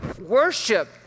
worship